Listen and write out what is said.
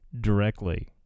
directly